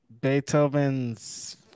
Beethoven's